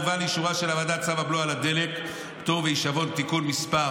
הובא לאישורה של הוועדה צו הבלו על הדלק (פטור והישבון) (תיקון מס'